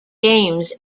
games